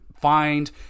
find